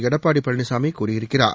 எடப்பாடி பழனிசாமி கூறியிருக்கிறார்